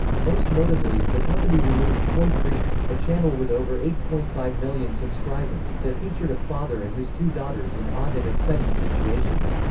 most notably, the company removed toy freaks, a channel with over eight point five million subscribers, that featured a father and his two daughters in odd and upsetting situations.